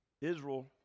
Israel